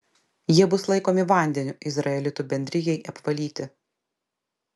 jie bus laikomi vandeniu izraelitų bendrijai apvalyti